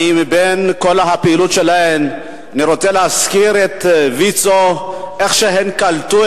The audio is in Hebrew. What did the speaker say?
מבין כל הפעילות של ויצו אני רוצה להזכיר שהן קלטו